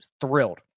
thrilled